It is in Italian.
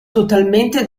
totalmente